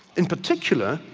in particular,